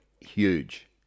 huge